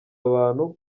abantu